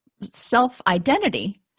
self-identity